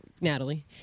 Natalie